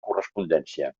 correspondència